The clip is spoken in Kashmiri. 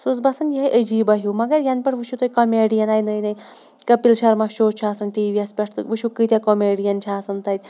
سُہ اوس باسان یِہٕے عجیٖبا ہیوٗ مگر یَنہٕ پٮ۪ٹھ وٕچھو تۄہہِ کوٚمٮ۪ڈِیَن آے نٔے نٔے کٔپِل شرما شو چھُ آسان ٹی وی یَس پٮ۪ٹھ تہٕ وٕچھو کۭتیٛاہ کوٚمٮ۪ڈِیَن چھِ آسان تَتہِ